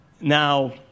Now